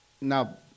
Now